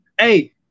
Hey